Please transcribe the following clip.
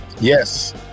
Yes